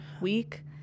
week